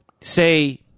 say